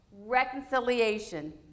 reconciliation